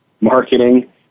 marketing